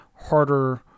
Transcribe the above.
harder